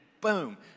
boom